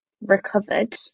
recovered